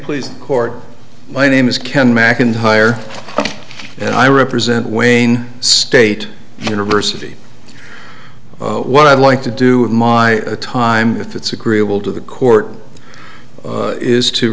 please court my name is ken macintyre and i represent wayne state university what i'd like to do with my time if it's agreeable to the court is to